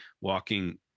walking